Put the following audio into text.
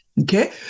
Okay